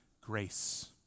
Grace